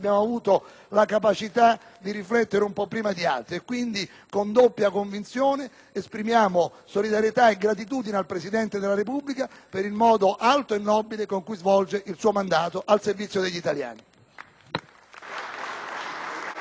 la capacità di riflettere un po' prima di altri e, quindi, è con doppia convinzione che esprimiamo solidarietà e gratitudine al Presidente della Repubblica per il modo alto e nobile con cui svolge il suo mandato al servizio degli italiani.